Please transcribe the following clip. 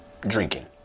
drinking